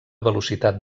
velocitat